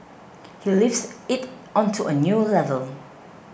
he lifts it onto a new level